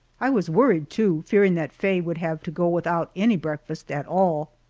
i was worried, too, fearing that faye would have to go without any breakfast at all.